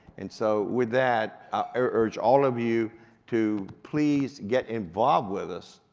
and so with that, i urge all of you to please get involved with us,